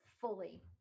fully